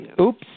Oops